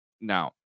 now